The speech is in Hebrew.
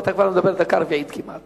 אתה כבר מדבר דקה רביעית כמעט.